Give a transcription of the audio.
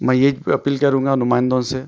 میں یہی اپیل کروں گا نمائندوں سے